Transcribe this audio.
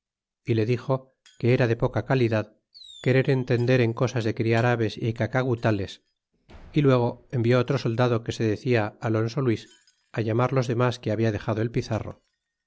y le dixo que era de poca calidad querer entender en cosas de criar aves é cacagutales y luego envió otro soldado que se decia alonso luis llamar los demas que habla dexado el pizarro